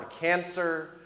Cancer